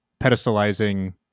pedestalizing